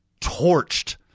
torched